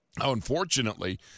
Unfortunately